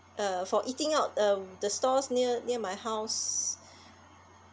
uh for eating out um the stalls near near my house